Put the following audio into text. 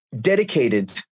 dedicated